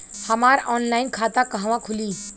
हमार ऑनलाइन खाता कहवा खुली?